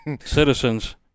citizens